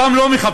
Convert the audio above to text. אותם לא מחפשים,